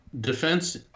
defense